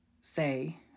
say